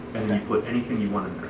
put anything you want in